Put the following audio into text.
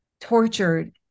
tortured